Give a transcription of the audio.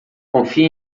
confie